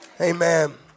Amen